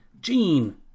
Gene